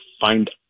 find